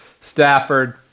stafford